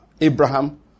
Abraham